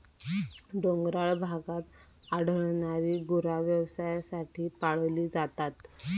डोंगराळ भागात आढळणारी गुरा व्यवसायासाठी पाळली जातात